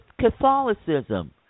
Catholicism